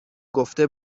گفته